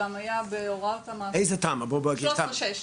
תמ"א 6/13,